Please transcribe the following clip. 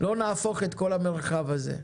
לא נהפוך את כל המרחב הזה.